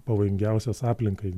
pavojingiausios aplinkai